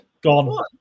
Gone